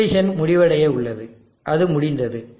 simulation முடிவடைய உள்ளது அது முடிந்தது